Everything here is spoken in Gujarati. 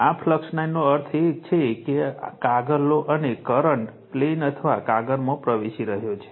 આ ફ્લક્સ લાઇનનો અર્થ છે કાગળ લો અને કરંટ પ્લેન અથવા કાગળમાં પ્રવેશી રહ્યો છે